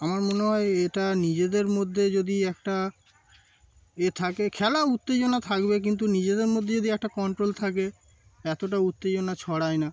আমার মনে হয় এটা নিজেদের মধ্যে যদি একটা এ থাকে খেলা উত্তেজনা থাকবে কিন্তু নিজেদের মধ্যে যদি একটা কন্ট্রোল থাকে এতটা উত্তেজনা ছড়ায় না